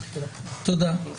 תודה.